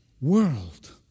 world